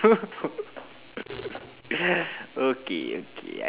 you can instantly learn three new skills what are they